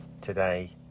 today